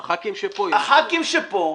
הח"כים שפה,